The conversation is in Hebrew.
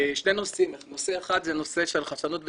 שני נושאים, נושא אחד זה הנושא של חדשנות בתקשוב,